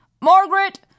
Margaret